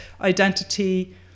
identity